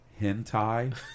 hentai